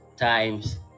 Times